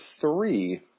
three